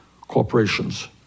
corporations